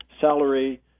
salary